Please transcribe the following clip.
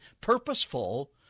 purposeful